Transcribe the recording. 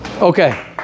Okay